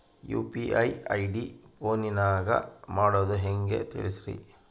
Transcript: UPI ID ಫೋನಿನಾಗ ಮಾಡೋದು ಹೆಂಗ ತಿಳಿಸ್ರಿ?